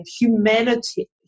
humanity